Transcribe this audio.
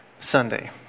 Sunday